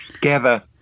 gather